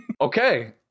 Okay